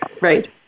Right